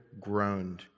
groaned